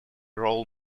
role